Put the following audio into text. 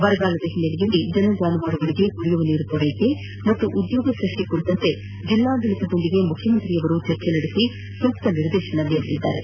ಬರ ಹಿನ್ನೆಲೆಯಲ್ಲಿ ಜನ ಜಾನುವಾರುಗಳಿಗೆ ಕುಡಿಯುವ ನೀರು ಪಾಗೂ ಉದ್ಯೋಗ ಸೃಷ್ಟಿ ಕುರಿತಂತೆ ಜಿಲ್ಲಾ ಆಡಳಿತದೊಂದಿಗೆ ಮುಖ್ಯಮಂತ್ರಿಯವರು ಚರ್ಚೆ ನಡೆಸಿ ಸೂಕ್ತ ನಿರ್ದೇಶನ ನೀಡಲಿದ್ದಾರೆ